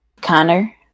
Connor